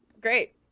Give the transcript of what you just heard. Great